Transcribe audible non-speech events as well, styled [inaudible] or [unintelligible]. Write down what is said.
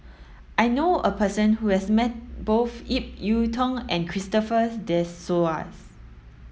I know a person who has met both Ip Yiu Tung and Christopher [unintelligible] De Souza